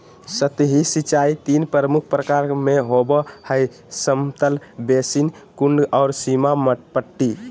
सतही सिंचाई तीन प्रमुख प्रकार में आबो हइ समतल बेसिन, कुंड और सीमा पट्टी